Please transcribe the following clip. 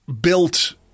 built